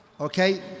Okay